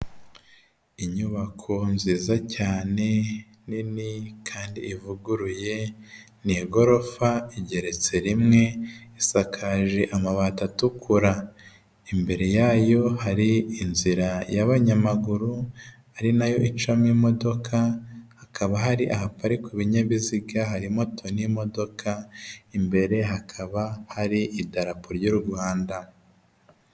Inyubako nziza cyane nini kandi ivuguruye, ni igorofa igeretse rimwe, isakaje amabati atukura. Imbere yayo hari inzira y'abanyamaguru ari nayo icamo imodoka, hakaba hari ahaparirika ibinyabiziga hari moto n'imodoka, imbere hakaba hari idarapo ry'u Rwanda.